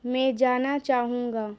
میں جانا چاہوں گا